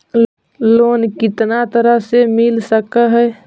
Loan कितना तरह से मिल सक है?